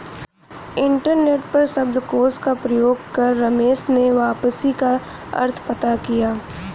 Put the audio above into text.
internet पर शब्दकोश का प्रयोग कर रमेश ने वापसी का अर्थ पता किया